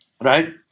right